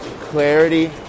clarity